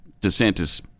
DeSantis